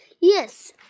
Yes